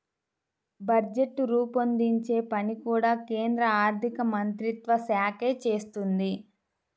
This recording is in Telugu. బడ్జెట్ రూపొందించే పని కూడా కేంద్ర ఆర్ధికమంత్రిత్వ శాఖే చేస్తుంది